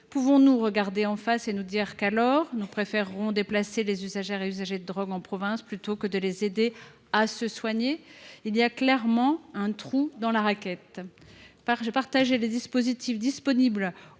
nous nous regarder en face et nous dire qu’alors nous préférerons déplacer les usagères et usagers de drogue en province plutôt que de les aider à se soigner ? Il y a clairement un trou dans la raquette. Partager les dispositifs disponibles avec